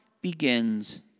begins